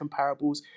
comparables